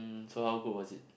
so how cool was it